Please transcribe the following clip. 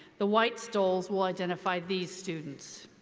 the white stoles will identify these students.